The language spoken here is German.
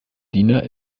diener